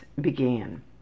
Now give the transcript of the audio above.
began